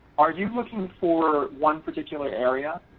are you looking for one particular area?